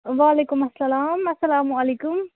وعلیکُم اسلام اسلامُ علیکُم